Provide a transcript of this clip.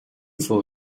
for